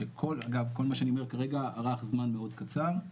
אגב כל מה שאני אומר כרגע ערך זמן מאוד קצר,